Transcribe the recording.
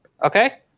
Okay